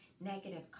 negative